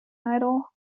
idol